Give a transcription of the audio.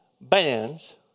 bands